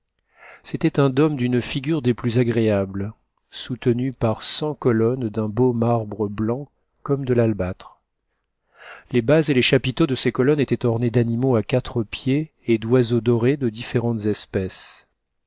c'était un dôme d'une figure des plus agréables soutenu par cent colonnes d'un beau marbre blanc comme de l'albâtre les bases et les chapiteaux de ces colonnes étaient ornés d'animaux à quatre pieds et d'oiseaux dorés de différentes espèces